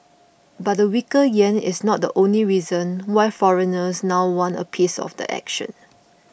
but the weaker yen is not the only reason why foreigners now want a piece of the action